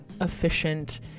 efficient